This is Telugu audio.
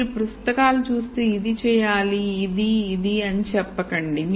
మీరు పుస్తకాలు చూస్తూ ఇది చేయాలిఇది ఇది ఇది అని చెప్పకండి